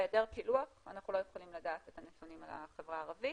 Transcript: בהיעדר פילוח אנחנו לא יכולים לדעת את הנתונים על החברה הערבית.